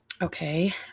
Okay